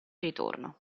ritorno